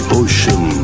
ocean